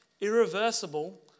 irreversible